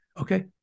Okay